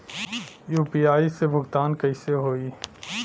UPI से भुगतान कइसे होहीं?